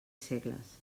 segles